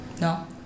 No